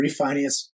refinance